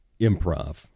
improv